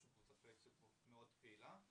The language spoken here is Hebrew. יש לנו קבוצת פייסבוק מאוד פעילה.